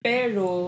Pero